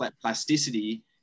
plasticity